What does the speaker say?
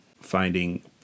finding